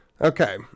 Okay